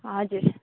हजुर